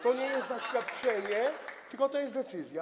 To nie jest zaświadczenie, to jest decyzja.